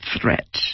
threat